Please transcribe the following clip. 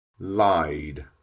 lied